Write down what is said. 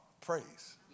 praise